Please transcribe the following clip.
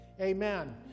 amen